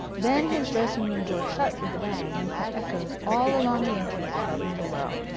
then his dressing-room door shut with a bang, and sent echoes all along the entries above and below.